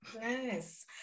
Yes